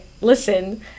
listen